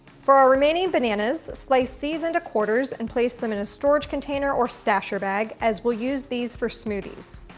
for our remaining bananas, slice these into quarters and place them in a storage container or stasher bag, as we'll use these for smoothies.